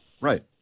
Right